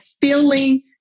feeling